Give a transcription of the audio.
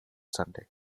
sunday